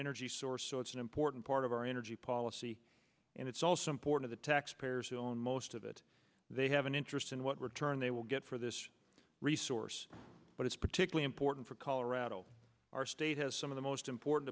energy source so it's an important part of our energy policy and it's also important the taxpayers who own most of it they have an interest in what return they will get for this resource but it's particularly important for colorado our state has some of the most important